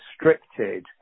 restricted